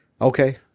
Okay